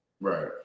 Right